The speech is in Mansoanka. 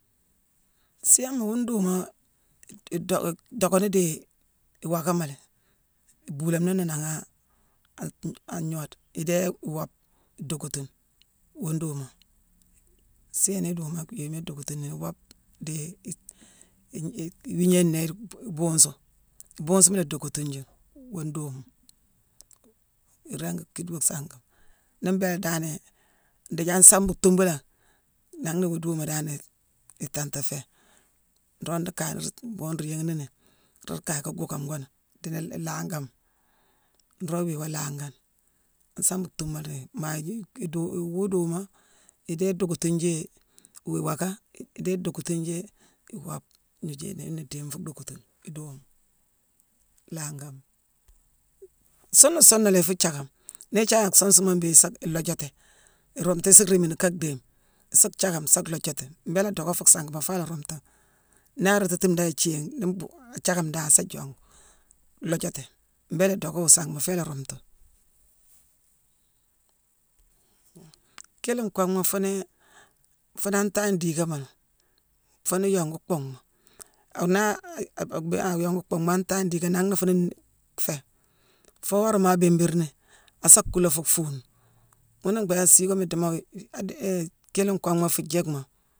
Siiyooma wuu nduuma-i - idoc-idockani dii iwaakama léé, ibuulameni ni nangha an- angnoode. Idéé, iwoobe idookotune wuu nduuma. Siiyone induuma yééma idockotuni: iwoobe, dii i- i- i- iwiignééye nnéé-dii-bu- bu- buunsu. Buunsuma la adokotune yuune, wuu nduuma, iringi kiide wuu sangema. Nii mbéélé danane idiiji an sambu thuubu dan, nangh na wuu nduuma danii itanta féé. Nroo nruu kayini mbhuughune nruu yééghini, nruu la kaye ka guukame woo-tiini-laangama. Nroo nruu wii woo laagane. An saambu thuuma la maajii-iduu-wuu-duuma, idéé idockatijii wii waacka, idéé idockatiiji iwoobe gnooju idiini-fuu dhééme fuu dockatune: iduuma. Laangama, suune suna la ifuu jaackame. Nii ijaackame suun sune mbéé nsaa iloojati, irumtu isu réémini ka dhééme isu jaackame sa loojati. Mbééla adocka fuu sangema foo la rumtu ghi. Naa araatatime dan ithiigh-ni-mbhuu-ajaackame dan sa jongu, loojaati. Mbéélé idocka wuu sangima foo ila ruuntu. kiilikonghma fuunii fune an taagne diigama fune yongu bhunghma. Ana- a- abu-bhé-ayongu bhunghma an tangne diiga nangh na fune nni-féé, foo worama abimbiirni, asa kuula fuu fuune. Ghuuna mbhééké siigoma idiimo-i- i- adéé-hi-kiilikonghma fuu jiickma.